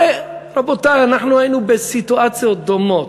הרי, רבותי, היינו בסיטואציות דומות,